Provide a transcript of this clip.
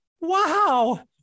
wow